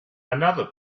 another